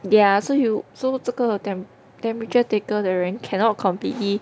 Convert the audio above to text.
ya so you so 这个 temperature taker 的人 cannot completely